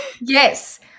yes